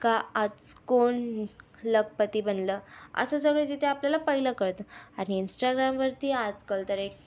का आज कोण लखपती बनलं असं सगळं तिथे आपल्याला पहिलं कळतं आणि इंस्टाग्रामवरती आजकाल तर एक